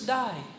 die